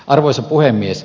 arvoisa puhemies